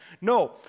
No